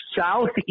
Southeast